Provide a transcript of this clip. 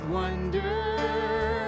wonder